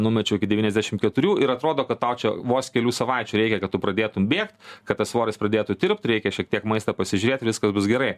numečiau iki devyniasdešimt keturių ir atrodo kad tau čia vos kelių savaičių reikia kad tu pradėtum bėgt kad tas svoris pradėtų tirpt reikia šiek tiek maistą pasižiūrėt ir viskas bus gerai